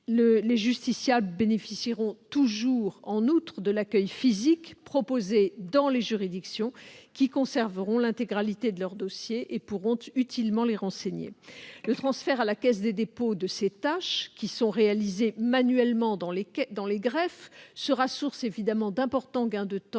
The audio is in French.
Les justiciables bénéficieront toujours, en outre, de l'accueil physique proposé dans les juridictions, qui conserveront l'intégralité de leur dossier et pourront utilement les renseigner. Le transfert à la Caisse des dépôts de ces tâches, qui sont réalisées manuellement dans les greffes, sera source d'importants gains de temps